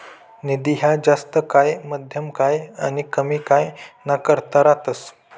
निधी ह्या जास्त काय, मध्यम काय आनी कमी काय ना करता रातस